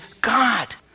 God